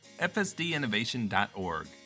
fsdinnovation.org